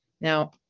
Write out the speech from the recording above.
Now